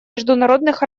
международных